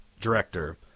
director